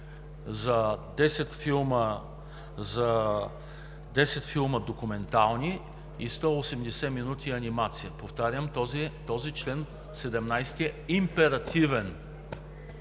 за 10 филма документални и 180 минути анимация.“ Повтарям, този чл. 17 е императивен.